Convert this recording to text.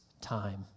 time